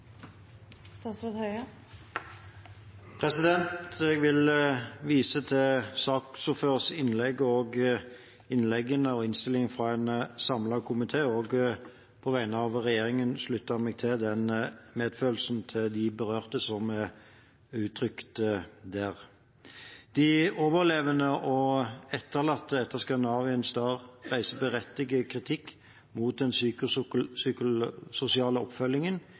Jeg vil vise til saksordførerens innlegg, innleggene ellers og innstillingen fra en samlet komité og på vegne av regjeringen slutte meg til den medfølelsen med de berørte som er uttrykt der. De overlevende og etterlatte etter «Scandinavian Star» reiser berettiget kritikk mot den psykososiale oppfølgingen